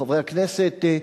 חברי הכנסת,